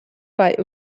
bei